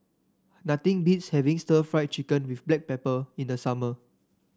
nothing beats having stir Fry Chicken with Black Pepper in the summer